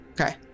Okay